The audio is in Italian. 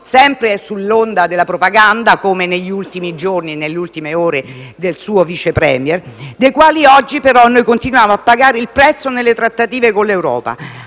sempre sull'onda della propaganda - come negli ultimi giorni e ore - del suo Vice *Premier*, dei quali oggi però noi continuiamo a pagare il prezzo nelle trattative con l'Europa,